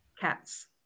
Cats